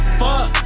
fuck